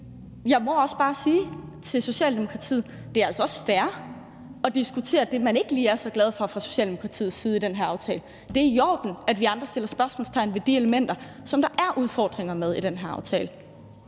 jeg må også bare sige til Socialdemokratiet, at det altså også er fair at diskutere det, man ikke lige er så glade for fra Socialdemokratiets side i den her aftale. Det er i orden, at vi andre sætter spørgsmålstegn ved de elementer, som der er udfordringer med i den her aftale.